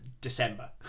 December